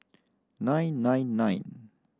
nine nine nine